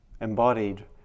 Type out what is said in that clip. embodied